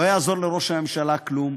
לא יעזור לראש הממשלה כלום.